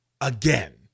again